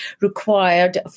required